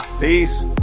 Peace